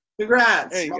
Congrats